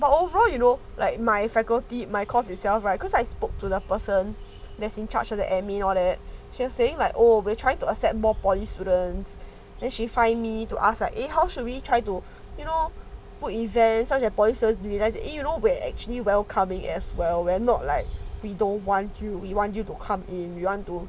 but overall you know like my faculty my course itself right because I spoke to the person that is in charge of the administrative all that she was saying like oh we're trying to accept more polytechnic students then she find me to ask ah eh how should we try to you know put events such as voices do you guys you know we're actually welcoming as well we're not like we don't won't you we want you to come in you want to